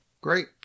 Great